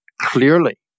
clearly